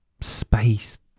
space